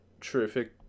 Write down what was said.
terrific